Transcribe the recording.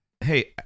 Hey